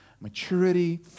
maturity